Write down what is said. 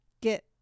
get